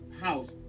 house